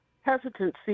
hesitancy